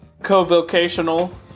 co-vocational